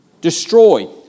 Destroy